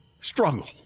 struggle